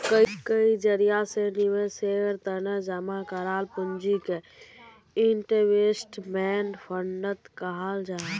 कई जरिया से निवेशेर तने जमा कराल पूंजीक इन्वेस्टमेंट फण्ड कहाल जाहां